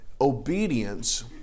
Obedience